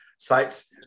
sites